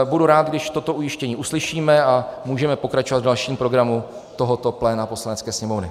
Budu rád, když toto ujištění uslyšíme, a můžeme pokračovat v dalším programu tohoto pléna Poslanecké sněmovny.